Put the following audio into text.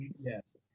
yes